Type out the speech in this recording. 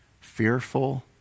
fearful